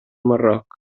marroc